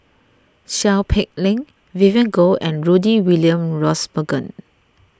Seow Peck Leng Vivien Goh and Rudy William Mosbergen